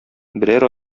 берәр